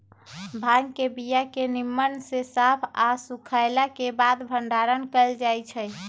भांग के बीया के निम्मन से साफ आऽ सुखएला के बाद भंडारण कएल जाइ छइ